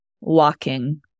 walking